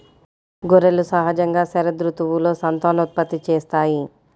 గొర్రెలు సహజంగా శరదృతువులో సంతానోత్పత్తి చేస్తాయి